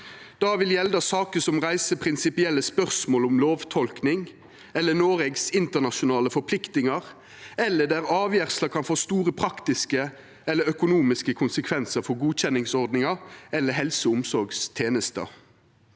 Det vil gjelda saker som reiser prinsipielle spørsmål om lovtolking eller Noregs internasjonale forpliktingar, eller der avgjerda kan få store praktiske eller økonomiske konsekvensar for godkjenningsordninga eller helse- og omsorgstenesta.